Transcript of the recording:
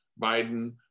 biden